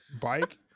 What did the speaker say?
bike